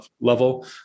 level